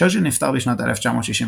צ'רצ'יל נפטר בשנת 1965,